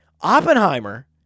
Oppenheimer